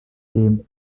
dem